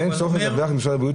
אין צורך בפיקוח של משרד הבריאות